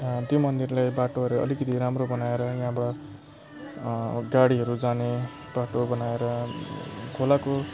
त्यो मन्दिरलाई बाटोहरू अलिकति राम्रो बनाएर यहाँबाट गाडीहरू जाने बाटो बनाएर खोलाको